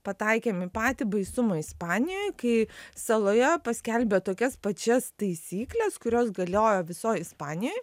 pataikėm į patį baisumą ispanijoj kai saloje paskelbė tokias pačias taisykles kurios galiojo visoj ispanijoj